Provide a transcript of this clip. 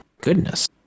Goodness